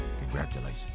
congratulations